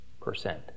percent